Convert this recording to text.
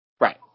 Right